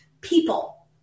people